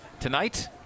tonight